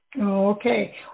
Okay